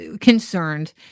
concerned